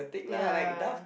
ya